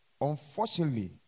Unfortunately